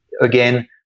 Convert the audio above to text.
again